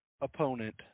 opponent –